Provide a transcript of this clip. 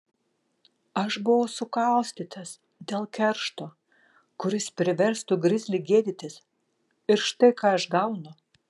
aš buvau sukaustytas dėl keršto kuris priverstų grizlį gėdytis ir štai ką aš gaunu